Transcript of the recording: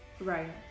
right